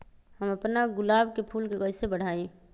हम अपना गुलाब के फूल के कईसे बढ़ाई?